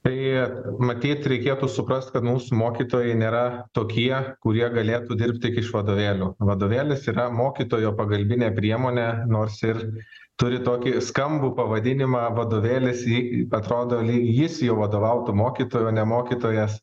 tai matyt reikėtų suprast kad mūsų mokytojai nėra tokie kurie galėtų dirbt tik iš vadovėlių vadovėlis yra mokytojo pagalbinė priemonė nors irgi turi tokį skambų pavadinimą vadovėlis į atrodo lyg jis jau vadovautų mokytojui o ne mokytojas